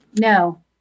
No